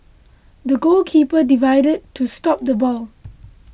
the goalkeeper dived to stop the ball